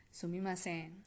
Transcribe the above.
Sumimasen